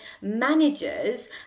managers